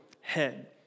head